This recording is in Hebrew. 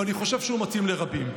ואני חושב שהוא מתאים לרבים.